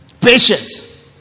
patience